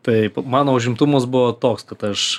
taip mano užimtumas buvo toks kad aš